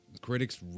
critics